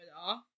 off